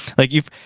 like you've.